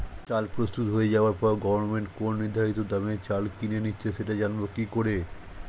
চাল প্রস্তুত হয়ে যাবার পরে গভমেন্ট কোন নির্ধারিত দামে চাল কিনে নিচ্ছে সেটা জানবো কি করে?